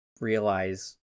realize